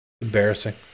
Embarrassing